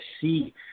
see